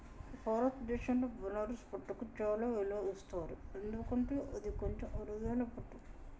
భారతదేశంలో బనారస్ పట్టుకు చాలా విలువ ఇస్తారు ఎందుకంటే అది కొంచెం అరుదైన పట్టు